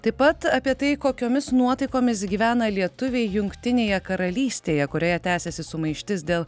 taip pat apie tai kokiomis nuotaikomis gyvena lietuviai jungtinėje karalystėje kurioje tęsiasi sumaištis dėl